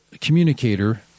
communicator